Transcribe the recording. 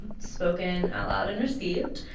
spoken out loud and received.